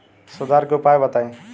सुधार के उपाय बताई?